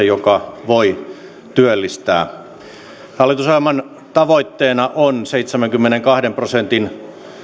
joka voi työllistää hallitusohjelman tavoitteena on seitsemänkymmenenkahden prosentin